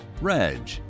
Reg